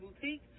Boutique